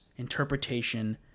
interpretation